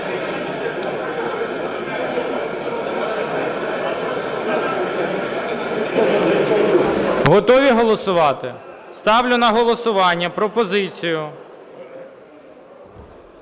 Готові голосувати? Ставлю на голосування пропозицію